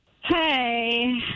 Hey